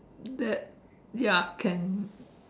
that ya can